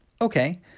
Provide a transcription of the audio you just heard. Okay